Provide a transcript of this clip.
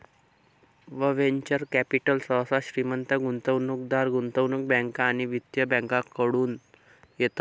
venture capital सहसा श्रीमंत गुंतवणूकदार, गुंतवणूक बँका आणि वित्तीय बँकाकडतून येतस